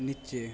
নীচে